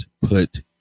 put